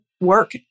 work